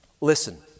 Listen